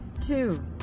two